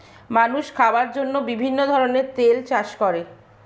মানুষ খাওয়ার জন্য বিভিন্ন ধরনের তেল চাষ করে